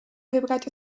wybrać